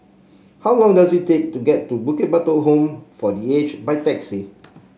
how long does it take to get to Bukit Batok Home for The Age by taxi